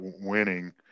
winning